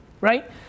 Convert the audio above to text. right